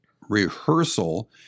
rehearsal